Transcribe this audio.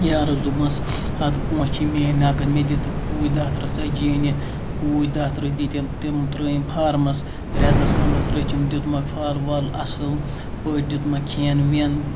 یارَس دوٚپمَس ہَتہٕ پونٛسہ چھی میٲنۍ نَقٕد مےٚ دِتہٕ پوٗتۍ دَہہ ترہ ژَتجٖی أنِتھ پوٗتۍ دَہہ ترہہ دِتِن تِم ترٲیِم فارمَس ریٚتَس کھَنڈَس رٔچھِم دیُتمَکھ فَل وَل اَصل پٲٹھۍ دیُتمَکھ کھیٚن ویٚن